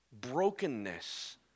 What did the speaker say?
Brokenness